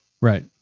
Right